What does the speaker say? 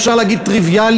אפשר להגיד טריוויאלי,